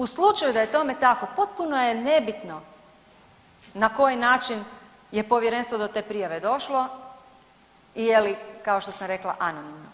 U slučaju da je tome tako potpuno je nebitno na koji način je povjerenstvo do te prijave došlo i je li kao što sam rekla anonimno.